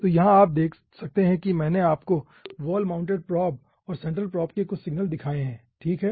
तो यहाँ आप देख सकते हैं कि मैंने आपको वाल माउंटेड प्रोब और सेंट्रल प्रोब के कुछ सिग्नल दिखाए हैं ठीक है